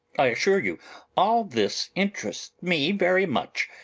i assure you all this interests me very much.